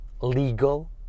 legal